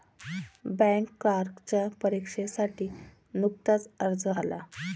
bank क्लर्कच्या परीक्षेसाठी नुकताच अर्ज आला